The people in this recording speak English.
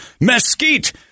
mesquite